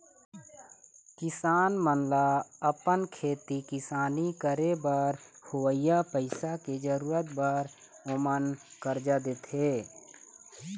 किसान मन ल अपन खेती किसानी करे बर होवइया पइसा के जरुरत बर ओमन करजा देथे